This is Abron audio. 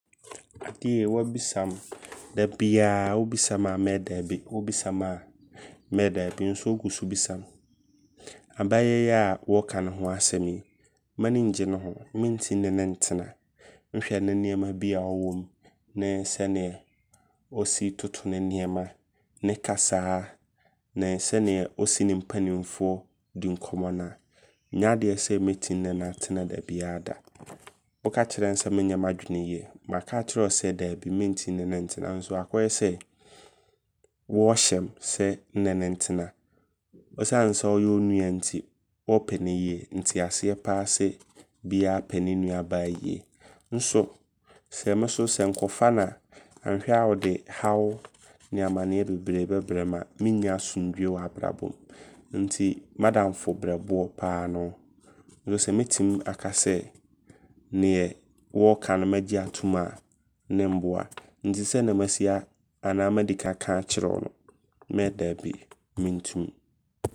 Adeɛ wei wabisa me. Da biaa wo bisa me mɛɛ daabi. Wo bisa me a mɛ daabi nso wogu so bisam. Abaayaa yi a wɔɔka ne ho asɛm yi, m'ani ngye ne ho. Mentim ne no ntena. Nhwɛ ne nneɛma bi a ɔwom nee sɛneɛ ɔsi toto ne nneɛma. Ne kasaa ne sɛneɛ osi ne mpainmfoɔ di nkɔmmɔ na ɛnyɛ adeɛ sɛ mɛtim ne no atena da biaa da. Wokakyerɛmm sɛ me nyɛ m'adwene yie. Maka akyerɛ wo sɛ daabi, mentim ne no ntena. Nso akɔyɛ sɛ wɔɔhyɛm sɛ nne no ntena. Ɛsiane sɛ ɔyɛ wo nua nti wɔɔpɛ ne yie. Nte aseɛ paa sɛ biaa pɛ ne nuabaa yie. Nso sɛ me so nkɔfa na anhwɛ a ɔde haw ne amaneɛ bebree bɛbrɛm a mennya asodwoe wɔ abrabɔ mu. Nti m'adamfo brɛboɔ paa ne wo. Nso sɛ mɛtim aka sɛ neɛ wɔɔka no mɛgye atom a ne mboa. Nti sɛneɛ masi anaa madi kane aka akyerɛ wo no mɛ daabi